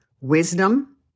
wisdom